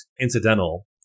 incidental